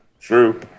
True